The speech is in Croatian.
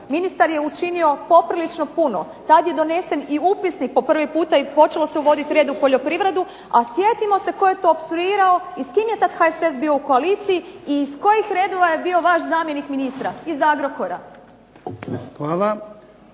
Ministar je učinio poprilično puno. Tad je donesen i upisnik po prvi puta i počelo se uvoditi red u poljoprivredu, a sjetimo se tko je to opstruirao i s kim je tad HSS bio u koaliciji i iz kojih redova je bio vaš zamjenik ministra? Iz Agrokora.